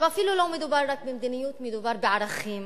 ואפילו לא מדובר רק במדיניות, מדובר בערכים,